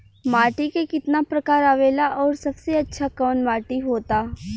माटी के कितना प्रकार आवेला और सबसे अच्छा कवन माटी होता?